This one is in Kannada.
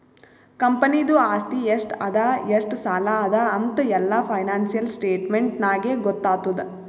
ಕಂಪನಿದು ಆಸ್ತಿ ಎಷ್ಟ ಅದಾ ಎಷ್ಟ ಸಾಲ ಅದಾ ಅಂತ್ ಎಲ್ಲಾ ಫೈನಾನ್ಸಿಯಲ್ ಸ್ಟೇಟ್ಮೆಂಟ್ ನಾಗೇ ಗೊತ್ತಾತುದ್